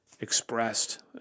expressed